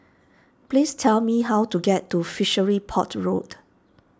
please tell me how to get to Fishery Port Road